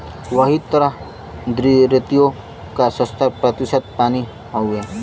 वही तरह द्धरतिओ का सत्तर प्रतिशत पानी हउए